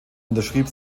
unterschrieb